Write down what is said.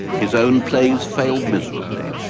his own plays failed miserably.